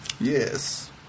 Yes